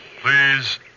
Please